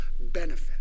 benefit